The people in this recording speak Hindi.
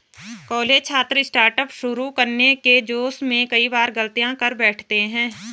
कॉलेज छात्र स्टार्टअप शुरू करने के जोश में कई बार गलतियां कर बैठते हैं